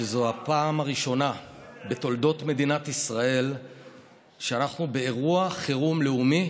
שזו הפעם הראשונה בתולדות מדינת ישראל שאנחנו באירוע חירום לאומי